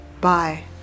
Bye